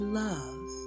love